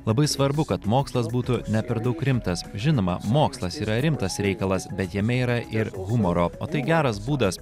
labai svarbu kad mokslas būtų ne per daug rimtas žinoma mokslas yra rimtas reikalas bet jame yra ir humoro o tai geras būdas